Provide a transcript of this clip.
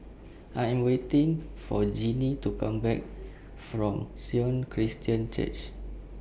I Am waiting For Gennie to Come Back from Sion Christian Church